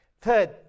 third